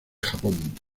japón